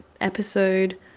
episode